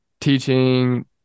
teaching